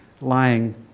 lying